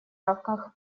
рамках